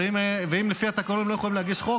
אם לפי התקנון הם לא יכולים להגיש חוק,